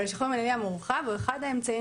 אבל השחרור המנהלי המורחב הוא אחר האמצעים